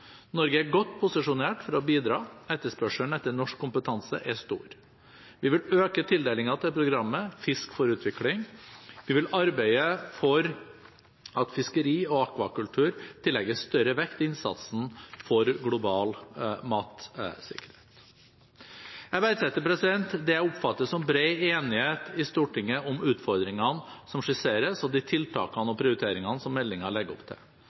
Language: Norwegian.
Norge er godt posisjonert for å bidra. Etterspørselen etter norsk kompetanse er stor. Vi vil øke tildelingen til programmet Fisk for utvikling. Vi vil arbeide for at fiskeri og akvakultur tillegges større vekt i innsatsen for global matsikkerhet. Jeg verdsetter det jeg oppfatter som bred enighet i Stortinget om utfordringene som skisseres, og de tiltakene og prioriteringene som meldingen legger opp til.